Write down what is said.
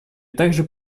также